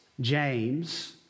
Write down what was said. James